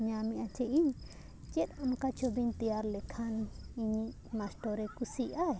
ᱧᱟᱢᱮᱜᱼᱟ ᱪᱮᱫ ᱤᱧ ᱪᱮᱫ ᱚᱱᱠᱟ ᱪᱷᱚᱵᱤᱧ ᱛᱮᱭᱟᱨ ᱞᱮᱠᱷᱟᱱ ᱤᱧᱤᱡ ᱢᱟᱥᱴᱚᱨᱮ ᱠᱩᱥᱤᱭᱟᱜ ᱟᱭ